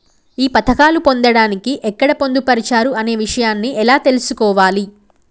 ఈ పథకాలు పొందడానికి ఎక్కడ పొందుపరిచారు అనే విషయాన్ని ఎలా తెలుసుకోవాలి?